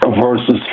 versus